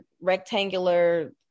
rectangular